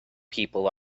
people